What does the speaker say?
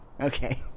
Okay